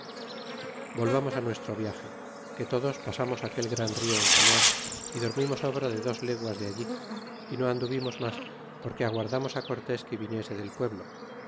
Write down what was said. volvamos nuestro viage que todos pasamos aquel gran rio en canoas y dormimos obra de dos leguas de allí y no anduvimos mas porque aguardamos á cortés que viniese del pueblo